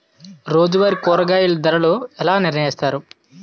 రోజువారి కూరగాయల ధరలను ఎలా నిర్ణయిస్తారు?